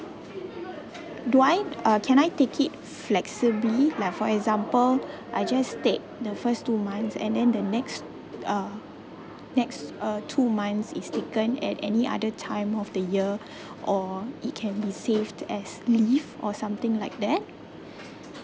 do I uh can I take it flexibly like for example I just take the first two months and then the next uh next uh two months is taken at any other time of the year or it can be saved as leave or something like that